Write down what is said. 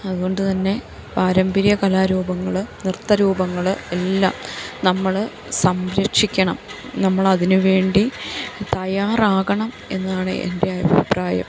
അതുകൊണ്ട് തന്നെ പാരമ്പര്യ കലാരൂപങ്ങള് നൃത്ത രൂപങ്ങള് എല്ലാം നമ്മള് സംരക്ഷിക്കണം നമ്മളതിനു വേണ്ടി തയ്യാറാകണം എന്നാണ് എൻ്റെ അഭിപ്രായം